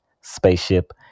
spaceship